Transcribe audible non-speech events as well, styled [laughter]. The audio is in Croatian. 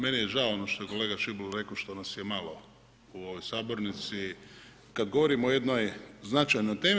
Meni je žao ono što je kolega … [unintelligible] rekao, što nas je malo u ovoj sabornici kad govorimo o jednoj značajnoj temi.